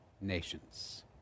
nations